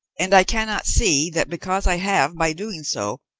and i cannot see that because i have, by doing so,